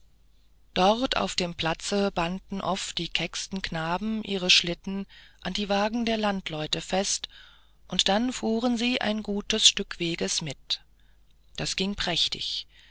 dort auf dem platze banden oft die kecksten knaben ihre schlitten an die wagen der landleute fest und dann fuhren sie ein gutes stück weges mit das ging prächtig